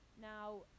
Now